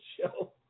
Show